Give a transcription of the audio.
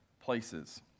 places